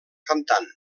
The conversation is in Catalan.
cantant